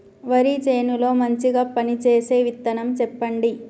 వరి చేను లో మంచిగా పనిచేసే విత్తనం చెప్పండి?